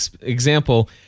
example